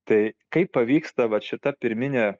tai kaip pavyksta vat šita pirminė